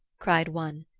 cried one.